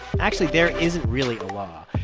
actually there isn't really a law.